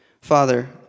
Father